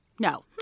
No